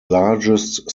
largest